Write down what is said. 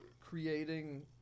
creating